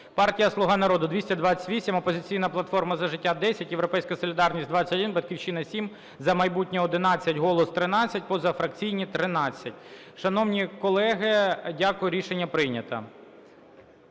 Партія "Слуга народу" – 228, "Опозиційна платформа – За життя" -10, "Європейська солідарність" – 21, "Батьківщина" – 7, "За майбутнє" -11, "Голос" – 13, позафракційні – 13. Шановні колеги, дякую. Рішення прийнято.